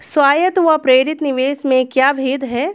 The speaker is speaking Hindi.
स्वायत्त व प्रेरित निवेश में क्या भेद है?